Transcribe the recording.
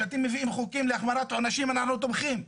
כשאתם מביאים חוקים להחמרת עונשים אנחנו תומכים.